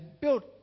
built